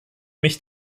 mich